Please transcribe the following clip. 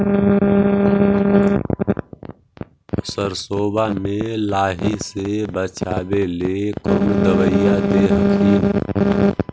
सरसोबा मे लाहि से बाचबे ले कौन दबइया दे हखिन?